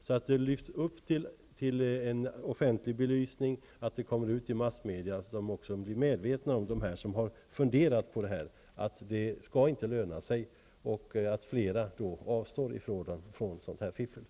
Om de som ertappats med fusk blir lagförda och detta kommer ut i massmedia, tror jag att de som funderat på att fuska vet att det inte lönar sig och följaktligen avstår från att försöka fiffla.